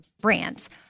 brands